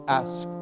ask